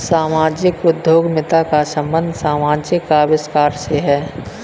सामाजिक उद्यमिता का संबंध समाजिक आविष्कार से है